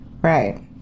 Right